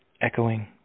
echoing